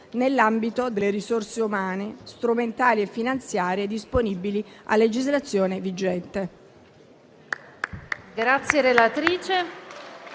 nell'ambito delle risorse umane, strumentali e finanziarie disponibili a legislazione vigente.